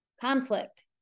Conflict